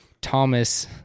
Thomas